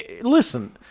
Listen